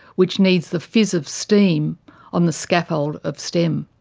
which needs the fizz of steam on the scaffold of stem.